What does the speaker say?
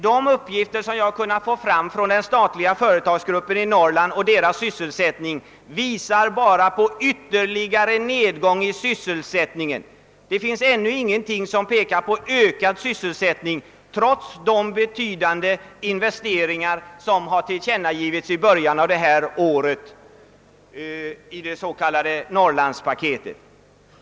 De uppgifter som jag har kunnat få visar en ytterligare nedgång i sysselsättningen inom den statliga företagsgruppen i Norrland. Det finns ännu ingenting som tyder på ökad sysselsättning trots de betydande investeringar som tillkännagavs i början av detta år i det s.k. Norrlandspaketet.